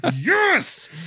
Yes